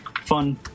fun